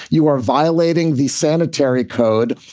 you are violating the sanitary code.